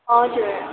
हजुर